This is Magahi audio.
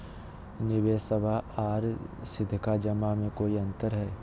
निबेसबा आर सीधका जमा मे कोइ अंतर हय?